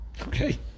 Okay